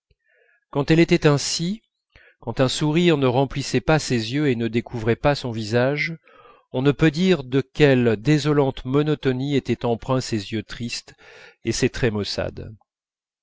quand elle était ainsi quand un sourire ne remplissait pas ses yeux et ne découvrait pas son visage on ne peut dire de quelle désolante monotonie étaient empreints ses yeux tristes et ses traits maussades